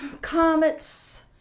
comets